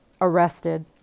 arrested